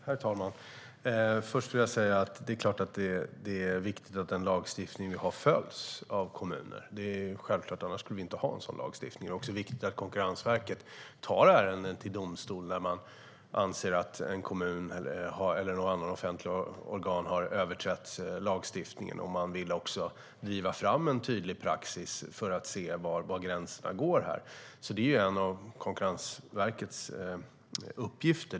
Herr talman! Först vill jag säga att det är klart att det är viktigt att den lagstiftning som vi har följs av kommunerna. Det är självklart - annars skulle vi inte ha en sådan lagstiftning. Det är också viktigt att Konkurrensverket tar ärenden till domstol när man anser att en kommun eller något annat offentligt organ har överträtt lagstiftningen. Man vill också driva fram en tydlig praxis för att se var gränserna går. Det är en av Konkurrensverkets uppgifter.